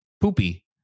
poopy